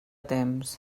temps